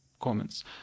comments